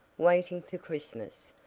waiting for christmas,